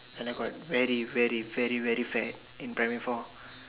when I got very very very very fat in primary four